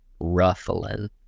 ruffling